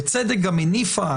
בצדק גם הניפה,